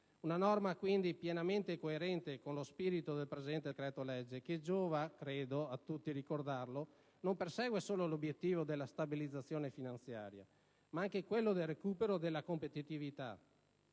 Una norma, quindi, pienamente coerente con lo spirito del presente decreto legge che - giova credo a tutti ricordarlo - non persegue solo l'obiettivo della stabilizzazione finanziaria, ma anche quello del recupero della competitività